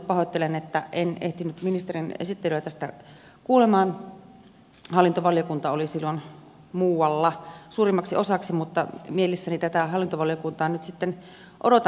pahoittelen että en ehtinyt ministerin esittelyä tästä kuulemaan hallintovaliokunta oli silloin muualla suurimmaksi osaksi mutta mielissäni tätä hallintovaliokuntaan nyt sitten odotan